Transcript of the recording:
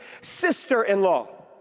sister-in-law